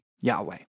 Yahweh